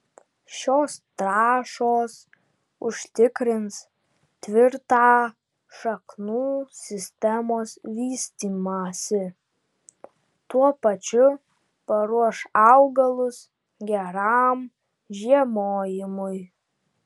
šios trąšos užtikrins tvirtą šaknų sistemos vystymąsi tuo pačiu paruoš augalus geram žiemojimui